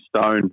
Stone